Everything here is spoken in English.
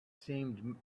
seemed